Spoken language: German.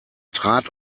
trat